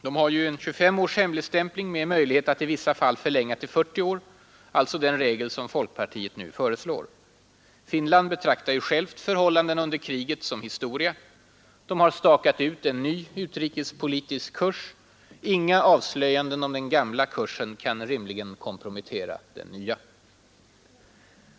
De har ju 25 års hemligstämpling med möjlighet att i vissa fall förlänga den till 40 år, alltså den regel som folkpartiet nu föreslår. Finland betraktar ju självt förhållandena under kriget som historia. Man har stakat ut en ny utrikespolitisk kurs. Inga avslöjanden om den gamla kursen kan rimligen kompromettera den nya.